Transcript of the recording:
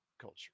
Culture